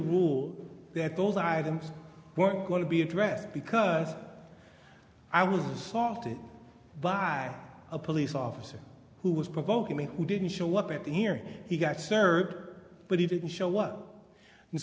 rule that those items weren't going to be addressed because i was assaulted by a police officer who was provoking me who didn't show up at the hearing he got served but he didn't show up and